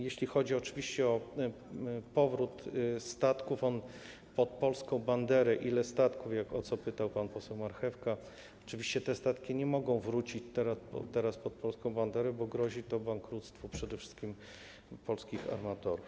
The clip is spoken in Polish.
Jeśli chodzi oczywiście o powrót statków pod polską banderę, o to, ile to statków, o co pytał pan poseł Marchewka, to oczywiście te statki nie mogą teraz wrócić pod polską banderę, bo grozi to bankructwem przede wszystkim polskich armatorów.